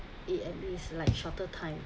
it at least like shorter time